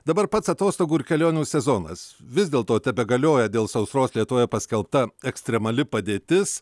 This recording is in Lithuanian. dabar pats atostogų ir kelionių sezonas vis dėl to tebegalioja dėl sausros lietuvoje paskelbta ekstremali padėtis